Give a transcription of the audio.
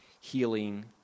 healing